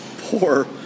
poor